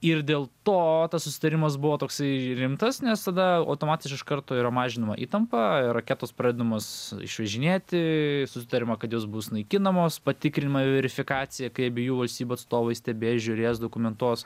ir dėl to tas susitarimas buvo toksai rimtas nes tada automatiš iš karto yra mažinama įtampa raketos pradedamos išvežinėti sutariama kad jos bus naikinamos patikrinama verifikacija kai abiejų valstybių atstovai stebės žiūrės dokumentuos